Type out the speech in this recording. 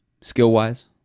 skill-wise